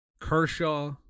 Kershaw